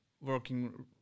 working